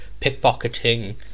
Pickpocketing